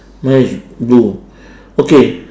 mine is blue okay